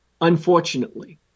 Unfortunately